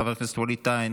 חבר הכנסת ווליד טאהא,